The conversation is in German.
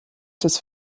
des